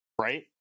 right